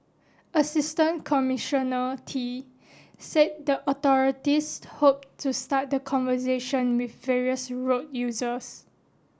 Assistant Commissioner Tee said the authorities hoped to start the conversation with various road users